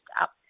up